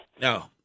No